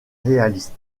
réaliste